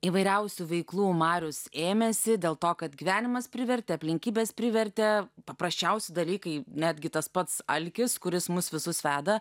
įvairiausių veiklų marius ėmėsi dėl to kad gyvenimas privertė aplinkybės privertė paprasčiausi dalykai netgi tas pats alkis kuris mus visus veda